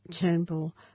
Turnbull